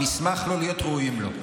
נשמח לא להיות ראויים לו.